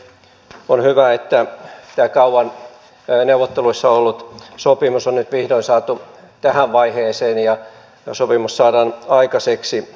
on hyvä että tämä kauan neuvotteluissa ollut sopimus on nyt vihdoin saatu tähän vaiheeseen ja sopimus saadaan aikaiseksi